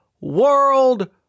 world